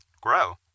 grow